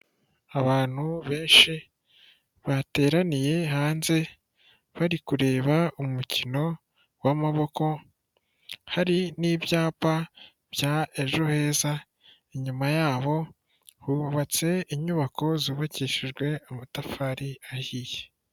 Abantu benshi bateraniye hanze bari kureba umukino w'amaboko, hari n'ibyapa bya Ejo Heza, inyuma yabo hubatse inyubako zubakishijwe amatafari ahiye.